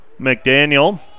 McDaniel